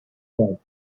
said